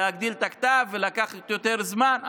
להגדיל את הכתב ולקבל יותר זמן.